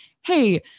hey